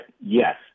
yes